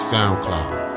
Soundcloud